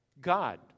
God